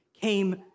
came